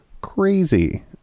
crazy